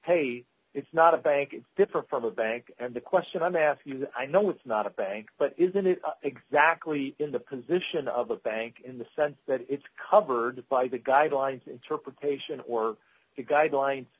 hey it's not a bank different from a bank and the question i'm asking you i know it's not a bank but isn't it exactly in the position of a bank in the sense that it's covered by the guidelines interpretation or guideline